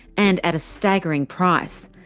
and at a staggering price.